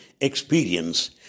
experience